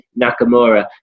Nakamura